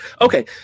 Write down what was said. Okay